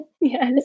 Yes